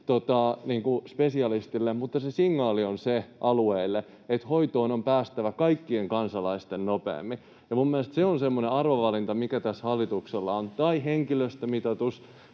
spesialistille, mutta signaali alueille on se, että hoitoon on kaikkien kansalaisten päästävä nopeammin. Minun mielestäni se on semmoinen arvovalinta, mikä tässä hallituksella on — tai henkilöstömitoitus